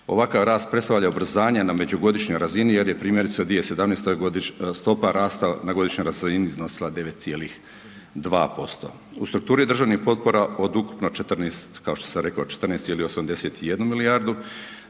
Ovakav rast predstavlja ubrzanje na međugodišnjoj razini jer je primjerice u 2017. stopa rasta na godišnjoj razini iznosila 9,2%. U strukturi državnih potpora od ukupno 14 kao